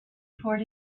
toward